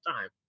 time